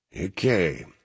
Okay